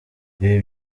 ibi